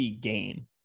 game